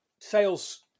sales